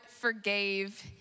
forgave